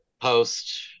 post-